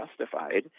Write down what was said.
justified